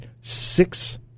six